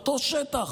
אותו שטח,